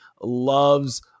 loves